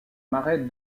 marais